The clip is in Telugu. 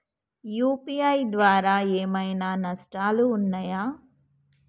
యూ.పీ.ఐ ద్వారా ఏమైనా నష్టాలు ఉన్నయా?